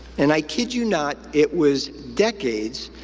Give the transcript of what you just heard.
and i kid you not, it was decades,